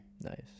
Nice